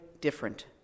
different